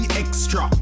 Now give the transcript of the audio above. extra